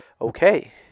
okay